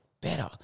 better